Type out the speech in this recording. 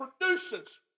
produces